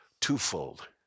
twofold